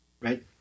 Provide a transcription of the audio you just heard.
right